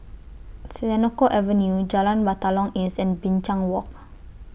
Senoko Avenue Jalan Batalong East and Binchang Walk